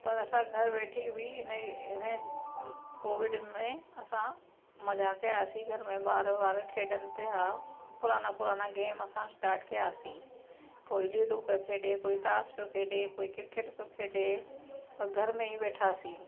पर असां घरु वेठे बि हिन ई हिन जे कोविड में असां मज़ा कयासीं घर में ॿार वार खेॾनि पिया पुराणा पुराणा गेम असां स्टार्ट कयासीं कोई लूडो पियो खेॾे कोई ताश पियो खेॾे कोई क्रिकेट पियो खेॾे पर घर में ई वेठासीं